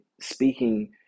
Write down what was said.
speaking